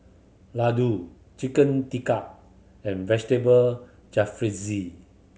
Ladoo Chicken Tikka and Vegetable Jalfrezi